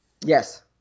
Yes